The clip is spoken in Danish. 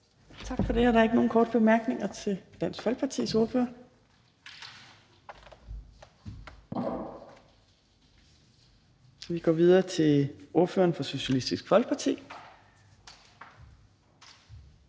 Tak for det. Der er heller ikke nogen korte bemærkninger til Dansk Folkepartis ordfører. Den næste ordfører er fra Socialistisk Folkeparti,